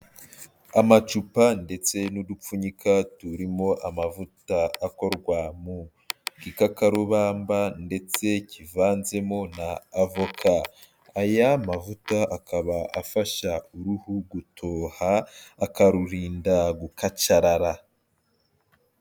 Amacupa ndetse n'udupfunyika, turimo amavuta akorwa mu gikakarubamba, ndetse kivanzemo na avoka, aya mavuta akaba afasha uruhu gutoha, akarurinda gukacarara.